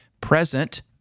present